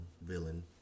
villain